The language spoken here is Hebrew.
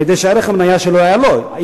כדי שערך המניה שלו יעלה,